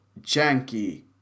janky